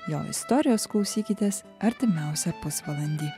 jo istorijos klausykitės artimiausią pusvalandį